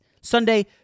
Sunday